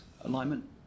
alignment